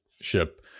ship